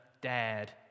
dared